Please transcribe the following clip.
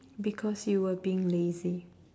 because you were being lazy